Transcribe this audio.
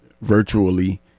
virtually